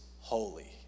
holy